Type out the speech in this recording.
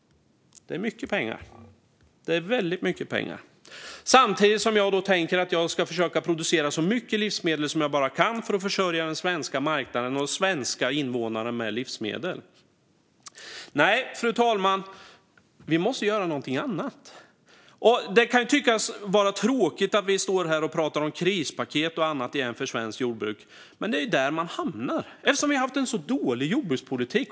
Det är väldigt mycket pengar. Samtidigt tänker jag att jag ska försöka producera så mycket livsmedel som jag kan för att försörja den svenska marknaden och de svenska invånarna med livsmedel. Fru talman! Vi måste göra någonting annat. Det kan tyckas vara tråkigt att vi återigen står här och pratar om krispaket och annat för svenskt jordbruk. Men det är där man hamnar eftersom vi har haft en så dålig jordbrukspolitik.